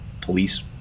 police